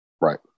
Right